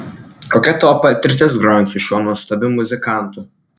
kokia tavo patirtis grojant su šiuo nuostabiu muzikantu